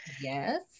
Yes